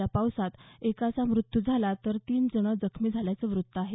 या पावसात एकाचा मृत्यू झाला तर तीन जण जखमी झाल्याचं वृत्त आहे